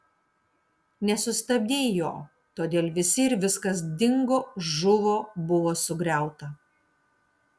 nesustabdei jo todėl visi ir viskas dingo žuvo buvo sugriauta